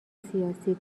سیاسی